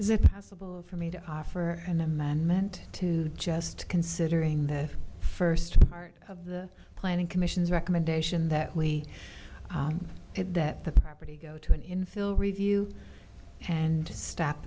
is it possible for me to offer an amendment to just considering the first part of the planning commission's recommendation that we did that that are pretty go to an infill review and to